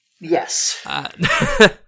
Yes